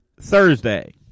Thursday